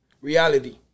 reality